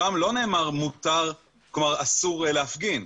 שם לא נאמר אסור להפגין.